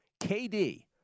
KD